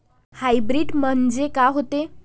Hybrid म्हनजे का होते?